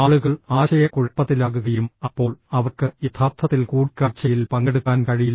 ആളുകൾ ആശയക്കുഴപ്പത്തിലാകുകയും അപ്പോൾ അവർക്ക് യഥാർത്ഥത്തിൽ കൂടിക്കാഴ്ചയിൽ പങ്കെടുക്കാൻ കഴിയില്ല